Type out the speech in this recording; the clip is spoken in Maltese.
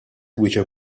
wieġeb